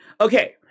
Okay